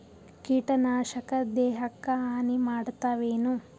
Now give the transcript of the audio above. ಕೀಟನಾಶಕ ದೇಹಕ್ಕ ಹಾನಿ ಮಾಡತವೇನು?